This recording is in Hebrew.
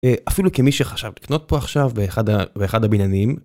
אפילו כמי שחשב לקנות פה עכשיו באחד האחד הבנינים.